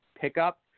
pickup